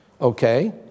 Okay